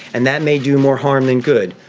and that may do more harm than good.